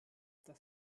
das